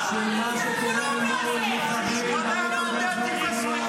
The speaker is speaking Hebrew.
כי הציבור רואה בסופו של דבר מה מתקדם ואיזה חקיקה